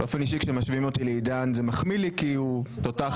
כשמשווים אותי לעידן זה מחמיא לי כי הוא תותח